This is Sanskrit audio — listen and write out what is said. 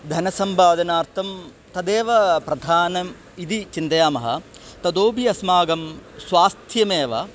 धनसम्पादनार्थं तदेव प्रधानम् इति चिन्तयामः ततोपि अस्माकं स्वास्थ्यमेव